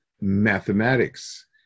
mathematics